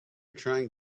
trying